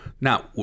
Now